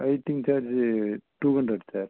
waiting charge two hundred sir